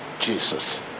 Jesus